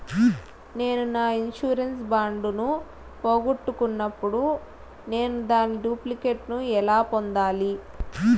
నేను నా insurance bond ను పోగొట్టుకున్నప్పుడు నేను దాని డూప్లికేట్ ను ఎలా పొందాలి?